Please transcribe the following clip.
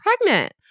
pregnant